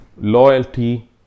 loyalty